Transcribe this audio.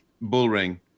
Bullring